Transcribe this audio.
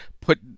put